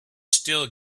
still